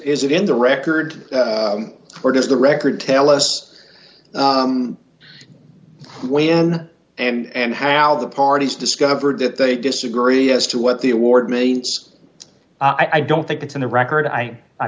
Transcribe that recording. is it in the record or does the record tell us when and how the parties discovered that they disagree as to what the award means i don't think it's in the record i